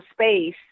space